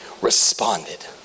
responded